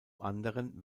anderen